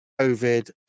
COVID